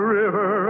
river